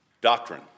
doctrine